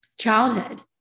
childhood